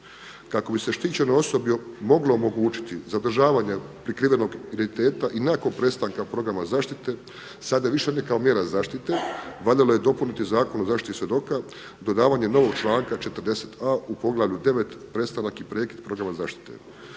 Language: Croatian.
Kako bi se štićenoj osobi moglo omogućiti zadržavanje prikrivenog identiteta i nakon prestanka programa zaštite sada više ne kao mjera zaštite, valjalo je dopuniti Zakon o zaštiti svjedoka dodavanjem novog članka 40.a u poglavlju 9, prestanak i prekid programa zaštite.